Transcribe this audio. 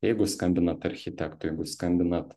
jeigu skambinat architektui jeigu skambinat